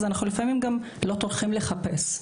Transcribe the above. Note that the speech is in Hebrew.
אנחנו לפעמים גם לא טורחים לחפש,